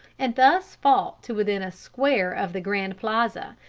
and thus fought to within a square of the grand plaza,